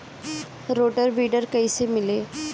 Rotor weeder कईसे मिले?